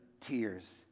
tears